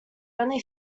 only